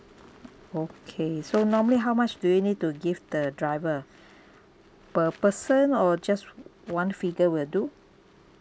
okay so normally how much do you need to give the driver per person or just one figure will do